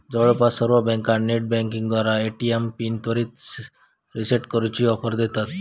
जवळपास सर्व बँका नेटबँकिंगद्वारा ए.टी.एम पिन त्वरित रीसेट करूची ऑफर देतत